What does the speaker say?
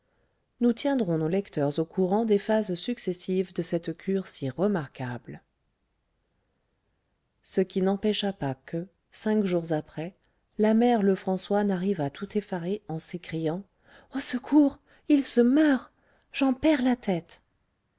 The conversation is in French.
nous tiendrons nos lecteurs au courant des phases successives de cette cure si remarquable ce qui n'empêcha pas que cinq jours après la mère lefrançois n'arrivât tout effarée en s'écriant au secours il se meurt j'en perds la tête